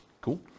Cool